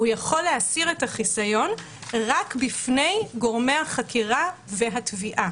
הוא יכול להסיר את החיסיון רק בפני גורמי החקירה והתביעה.